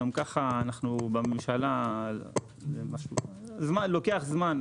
גם ככה אנחנו, בממשלה, לוקח זמן.